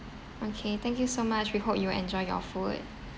okay thank you so much we hope you enjoy your food